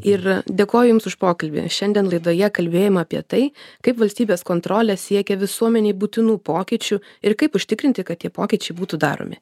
ir dėkoju jums už pokalbį šiandien laidoje kalbėjom apie tai kaip valstybės kontrolė siekia visuomenei būtinų pokyčių ir kaip užtikrinti kad tie pokyčiai būtų daromi